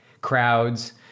crowds